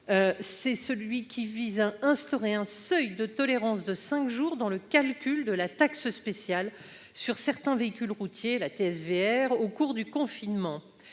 vise en outre à instaurer un seuil de tolérance de cinq jours dans le calcul de la taxe spéciale sur certains véhicules routiers, la TSVR, pour la période du confinement.